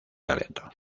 talento